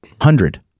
Hundred